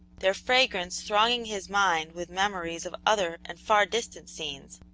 their fragrance thronging his mind with memories of other and far-distant scenes,